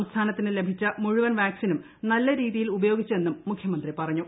സംസ്ഥാനത്തിന് ലഭിച്ച മുഴുവൻ വാക്സിനും നല്ല രീതിയിൽ ഉപയോഗിച്ചു എന്നും മുഖ്യമന്ത്രി പറഞ്ഞു